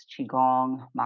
Qigong